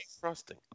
Frosting